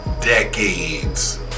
decades